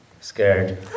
Scared